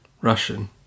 Russian